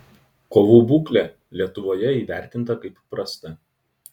kovų būklė lietuvoje įvertinta kaip prasta